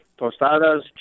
Tostadas